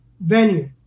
venue